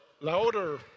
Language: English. louder